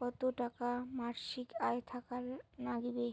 কতো টাকা মাসিক আয় থাকা নাগবে?